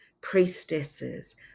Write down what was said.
priestesses